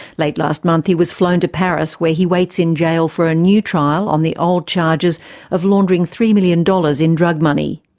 late last month he was flown to paris where he waits in jail for a new trial on the old charges of laundering three million dollars in drug money.